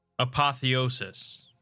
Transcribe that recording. Apotheosis